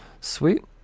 Sweet